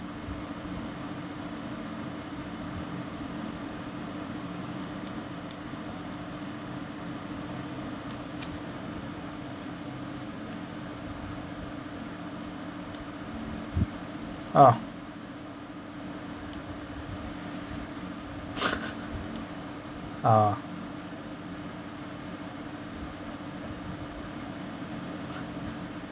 ah ah